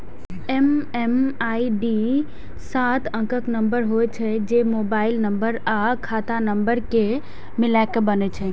MMID सात अंकक number होइ छै, जे मोबाइल नंबर आ खाता नंबर कें मिलाके बनै छै